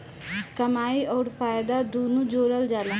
कमाई अउर फायदा दुनू जोड़ल जला